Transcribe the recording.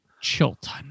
Chilton